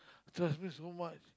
trust me so much